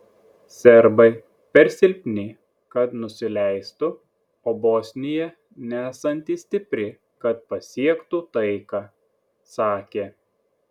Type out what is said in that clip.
serbai per silpni kad nusileistų o bosnija nesanti stipri kad pasiektų taiką sakė